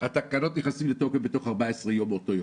התקנות ייכנסו לתוקף 14 ימים מאותו יום.